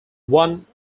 one